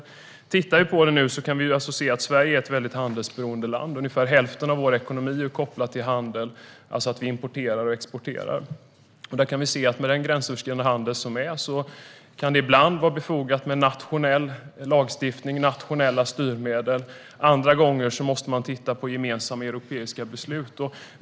Om vi tittar på detta nu kan vi se att Sverige är ett mycket handelsberoende land. Ungefär hälften av vår ekonomi är kopplad till handel, det vill säga att vi importerar och exporterar. Med den gränsöverskridande handel som sker kan det ibland vara befogat med nationell lagstiftning och nationella styrmedel. Andra gånger måste man titta på gemensamma europeiska beslut.